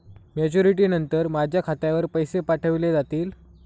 Maturity नंतर माझ्या खात्यावर पैसे पाठविले जातील?